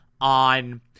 on